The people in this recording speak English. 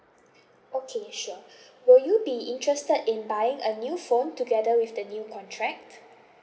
okay sure will you be interested in buying a new phone together with the new contract